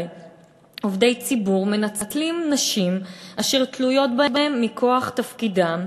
עובדי ציבור מנצלים נשים אשר תלויות בהם מכוח תפקידם,